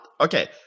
Okay